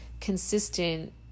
consistent